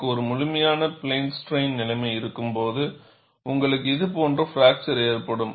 எனக்கு ஒரு முழுமையான பிளேன் ஸ்ட்ரைன்நிலைமை இருக்கும்போது உங்களுக்கு இது போன்ற பிராக்சர் ஏற்படும்